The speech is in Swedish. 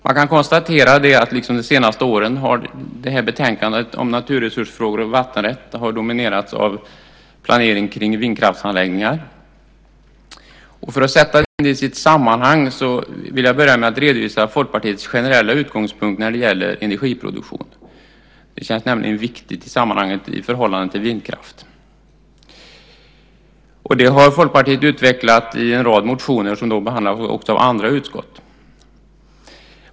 Man kan konstatera att liksom de senaste åren har betänkandet om naturresursfrågor och vattenrätt dominerats av planering av vindkraftsanläggningar. För att sätta in detta i sitt sammanhang vill jag börja med att redovisa Folkpartiets generella utgångspunkt när det gäller energiproduktion. Det känns nämligen viktigt i sammanhanget i förhållande till vindkraft. Detta har Folkpartiet utvecklat i en rad motioner som behandlas också av andra utskott.